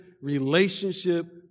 relationship